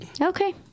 Okay